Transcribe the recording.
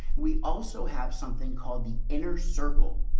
we also have something called the inner circle.